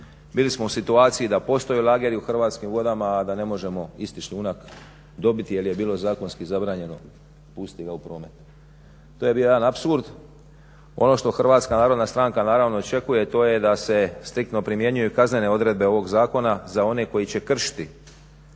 Bili smo u situaciji da postoje lageri u Hrvatskim vodama a da ne možemo isti šljunak dobiti jer je bilo zakonski zabranjeno pustiti ga u promet. To je bio jedan apsurd. Ono što HNS naravno očekuje to je da se striktno primjenjuju kaznene odredbe ovog zakona za one koji će kršiti